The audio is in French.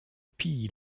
pillent